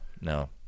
no